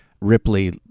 Ripley